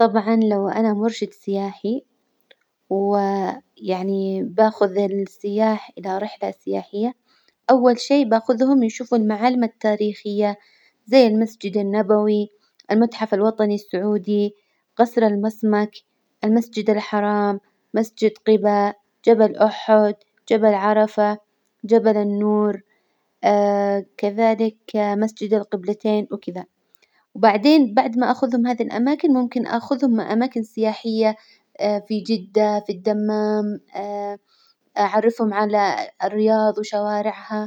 طبعا لو أنا مرشد سياحي ويعني بأخذ السياح إلى رحلة سياحية، أول شي بأخذهم يشوفوا المعالم التاريخية زي المسجد النبوي، المتحف الوطني السعودي، قصر المسمك، المسجد الحرام، مسجد قباء، جبل أحد، جبل عرفة، جبل النور كذلك مسجد القبلتين وكذا، وبعدين بعد ما أخذهم هذه الأماكن ممكن أخذهم أماكن سياحية في جدة، في الدمام أعرفهم على الرياض وشوارعها.